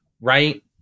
Right